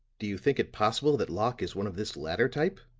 do you think it possible that locke is one of this latter type?